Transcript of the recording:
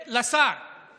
אנחנו לא רוצים שאף אחד ייפגע,